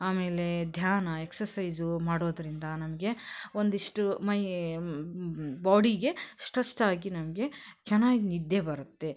ಆಮೇಲೆ ಧ್ಯಾನ ಎಕ್ಸಸೈಝು ಮಾಡೋದರಿಂದ ನಮಗೆ ಒಂದಿಷ್ಟು ಮೈ ಬಾಡಿಗೆ ಸ್ಟ್ರೆಸ್ಟಾಗಿ ನಮಗೆ ಚೆನ್ನಾಗಿ ನಿದ್ದೆ ಬರುತ್ತೆ